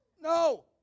No